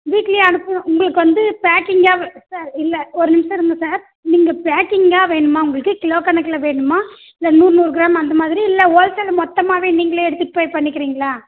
வீட்லேயே அனுப்புவோம் உங்களுக்கு வந்து பேக்கிங்காக சார் இல்லை ஒரு நிமிஷம் இருங்க சார் நீங்கள் பேக்கிங்காக வேணுமா உங்களுக்கு கிலோக்கணக்கில் வேணுமா இல்லை நூறு நூறு கிராம் அந்தமாதிரி இல்லை ஹோல்சேலில் மொத்தமாகவே நீங்களே எடுத்துட்டுப் போய் பண்ணிக்கிறீங்களா